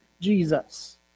Jesus